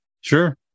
Sure